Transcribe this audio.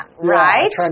right